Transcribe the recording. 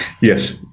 Yes